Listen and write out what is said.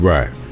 Right